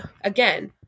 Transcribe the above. again